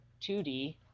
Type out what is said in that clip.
2D